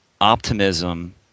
optimism